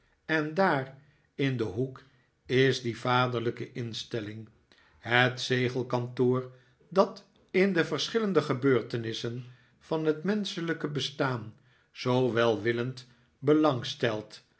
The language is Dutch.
en daar in den hoek is die vaderlijke instelling het zegelkantoor dat in de verschillende gebeurtenissen van het menschelijke bestaan zoo welwillend belang stelt